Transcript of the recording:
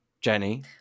Jenny